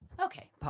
okay